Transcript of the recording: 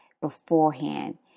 beforehand